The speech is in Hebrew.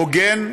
הוגן,